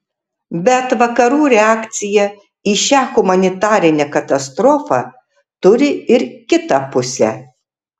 bet vakarų reakcija į šią humanitarinę katastrofą turi ir kitą pusę